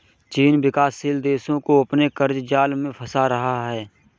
चीन विकासशील देशो को अपने क़र्ज़ जाल में फंसा रहा है